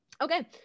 Okay